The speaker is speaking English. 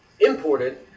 imported